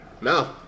No